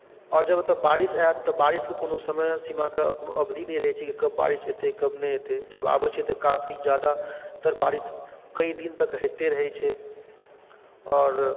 आओर जब एतय बारिश आयत तऽ बारिशके कोनो समय सीमाके कोनो अवधि नहि रहैत छै कि कब बारिश एतै कब नहि एतै जब आबैत छै तऽ काफी ज्यादातर बारिश कई दिन तक होइते रहैत छै आओर